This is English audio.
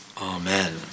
Amen